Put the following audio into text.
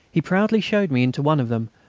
he proudly showed me into one of them,